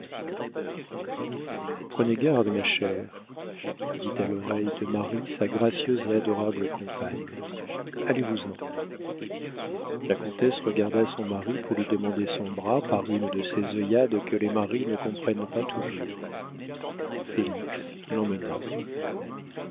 prenez garde ma chère dit à l'oreille de marie sa gracieuse et adorable compagne allez-vous-en la comtesse regarda son mari pour lui demander son bras par une de ces œillades que les maris ne comprennent pas toujours félix l'emmena